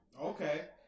Okay